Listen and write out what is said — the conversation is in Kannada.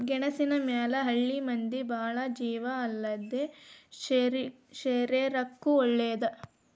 ಗೆಣಸಿನ ಮ್ಯಾಲ ಹಳ್ಳಿ ಮಂದಿ ಬಾಳ ಜೇವ ಅಲ್ಲದೇ ಶರೇರಕ್ಕೂ ವಳೇದ